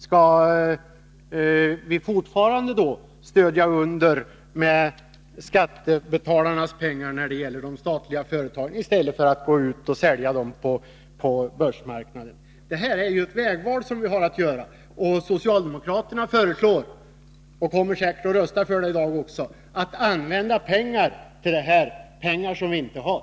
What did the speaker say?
Skall vi fortsätta med att stödja de företagen med skattebetalarnas pengar i stället för att gå ut och sälja aktier i dem på börsmarknaden? Det här är ett vägval som vi har att göra. Socialdemokraterna föreslår — och kommer säkert att rösta för det i dag — att vi här skall anslå skattepengar, pengar som vi inte har.